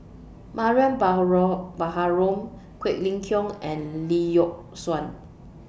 Mariam Baharom Quek Ling Kiong and Lee Yock Suan